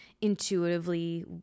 intuitively